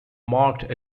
marked